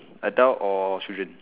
adult or children